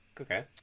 Okay